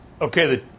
okay